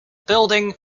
building